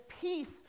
peace